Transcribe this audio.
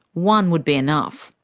one would be enough.